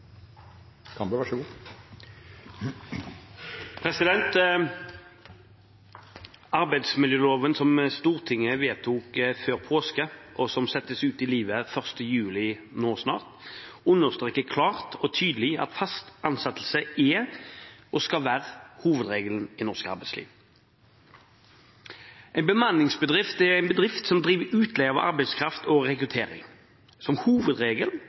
Arbeidsmiljøloven som Stortinget vedtok før påske, og som settes ut i livet 1. juli i år, understreker klart og tydelig at fast ansettelse er og skal være hovedregelen i norsk arbeidsliv. En bemanningsbedrift er en bedrift som driver utleie av arbeidskraft og rekruttering. Som hovedregel